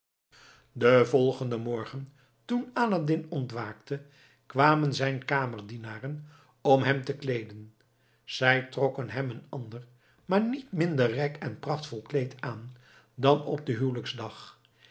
den volgenden morgen toen aladdin ontwaakte kwamen zijn kamerdienaren om hem te kleeden zij trokken hem een ander maar niet minder rijk en prachtvol kleed aan dan op den huwelijksdag